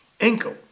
ankle